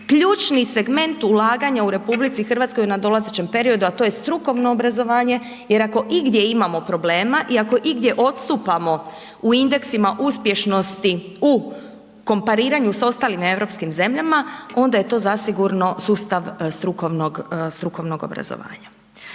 ključni segment ulaganja u RH u nadolazećem periodu, a to je strukovno obrazovanje jer ako igdje imamo problema i ako igdje odstupamo u indeksima uspješnosti u kompariranju sa ostalim europskim zemljama, onda je to zasigurno sustav strukovnog obrazovanja.